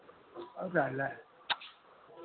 ओकरा लए